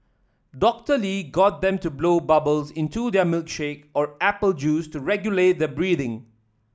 Doctor Lee got them to blow bubbles into their milkshake or apple juice to regulate their breathing